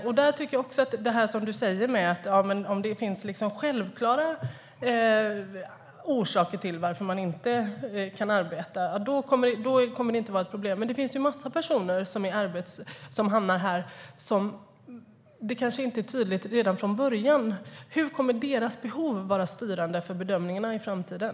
Du säger att det inte kommer att vara ett problem om det finns självklara orsaker till att man inte kan arbeta, men det finns ju en massa personer som hamnar i detta där det kanske inte är tydligt redan från början. Hur kommer deras behov att vara styrande för bedömningarna i framtiden?